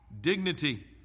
dignity